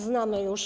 Znamy już.